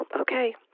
okay